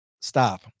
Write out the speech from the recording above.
Stop